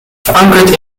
verankerd